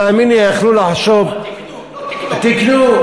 תאמין לי, יכלו לחשוב, מה תיקנו?